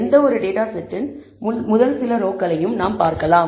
எந்தவொரு டேட்டா செட்டின் முதல் சில ரோக்களையும் நாம் பார்க்கலாம்